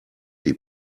die